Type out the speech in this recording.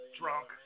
drunk